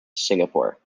singapore